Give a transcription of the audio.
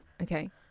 okay